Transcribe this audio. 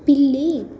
పిల్లి